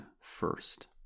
first